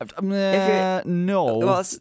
No